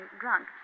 drunk